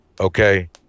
Okay